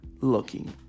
looking